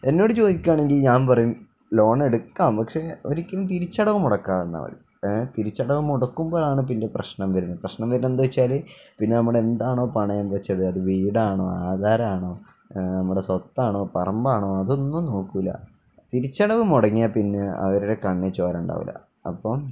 എന്നോട് ചോദിക്കുകയാണെങ്കില് ഞാൻ പറയും ലോണെടുക്കാം പക്ഷേ ഒരിക്കലും തിരിച്ചടവു മുടക്കാതിരുന്നാല് മതി ഏ തിരിച്ചടവ് മുടക്കുമ്പോഴാണ് പിന്നെ പ്രശ്നം വരുന്നത് പ്രശ്നം വരുന്നതെന്താണെന്നുവച്ചാല് പിന്നെ നമ്മുടെ എന്താണോ പണയം വച്ചത് അത് വീടാണോ ആധാരമാണോ നമ്മുടെ സ്വത്താണോ പറമ്പാണോ അതൊന്നും നോക്കുകയില്ല തിരിച്ചടവു മുടങ്ങിയാല്പ്പിന്നെ അവരുടെ കണ്ണില് ചോരയുണ്ടാവില്ല അപ്പോള്